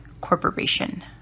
corporation